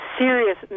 serious